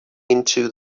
into